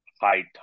high